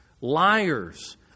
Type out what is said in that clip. liars